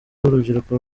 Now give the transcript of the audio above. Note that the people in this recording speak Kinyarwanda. w’urubyiruko